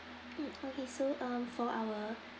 mm okay so um for our